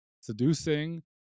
seducing